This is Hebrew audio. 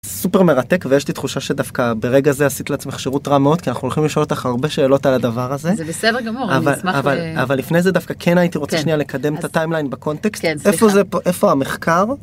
סופר מרתק ויש לי תחושה שדווקא ברגע זה עשית לעצמך שירות רע מאוד כי אנחנו הולכים לשאול אותך הרבה שאלות על הדבר הזה אבל אבל אבל לפני זה דווקא כן הייתי רוצה שנייה לקדם את הטיימליין בקונטקסט איפה זה פה איפה המחקר.